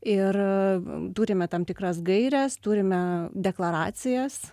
ir turime tam tikras gaires turime deklaracijas